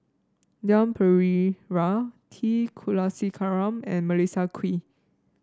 Leon Perera T Kulasekaram and Melissa Kwee